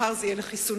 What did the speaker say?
מחר זה יהיה לחיסונים,